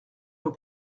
nos